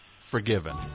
forgiven